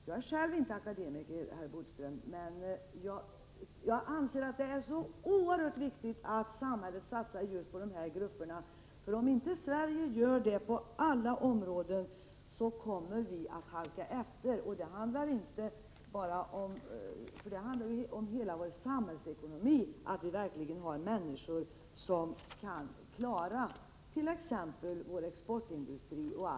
Jag är själv inte akademiker, Lennart Bodström, men jag anser att det är oerhört viktigt att staten satsar på just de här grupperna. Om inte Sverige gör det på alla områden, kommer landet att halka efter. Det handlar om hela vår samhällsekonomi. Vi måste ha människor som kan klara t.ex. vår exportindustri.